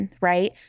right